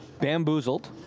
Bamboozled